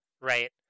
right